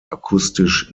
akustisch